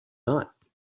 not